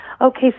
Okay